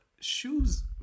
shoes